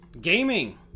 gaming